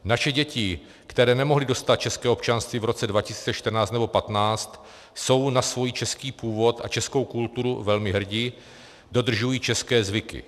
Naše děti, které nemohly dostat české občanství v roce 2014 nebo 2015, jsou na svůj český původ a českou kulturu velmi hrdé, dodržují české zvyky.